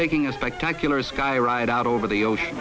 taking a spectacular sky ride out over the ocean